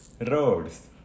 Roads